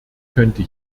könnte